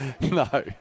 No